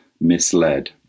misled